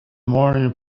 morning